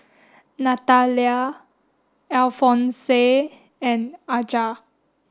Natalya Alfonse and Aja